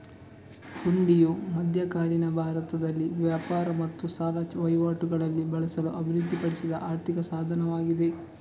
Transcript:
ಹುಂಡಿಯು ಮಧ್ಯಕಾಲೀನ ಭಾರತದಲ್ಲಿ ವ್ಯಾಪಾರ ಮತ್ತು ಸಾಲ ವಹಿವಾಟುಗಳಲ್ಲಿ ಬಳಸಲು ಅಭಿವೃದ್ಧಿಪಡಿಸಿದ ಆರ್ಥಿಕ ಸಾಧನವಾಗಿದೆ